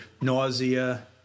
nausea